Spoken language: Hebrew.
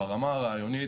ברמה הרעיונית,